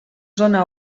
zona